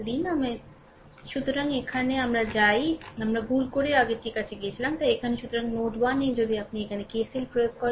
তাই এখানে সুতরাং আমরা যাই আমরা ভুল করে আগেরটির কাছে গিয়েছিলাম তাই এখানে সুতরাং নোড 1 যদি আপনি এখানে KCL প্রয়োগ করেন